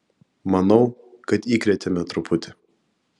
manau kad įkrėtėme truputį